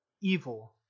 evil